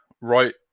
right